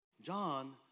John